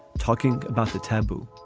talking about the taboo